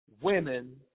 women